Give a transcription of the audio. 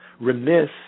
remiss